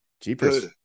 Jeepers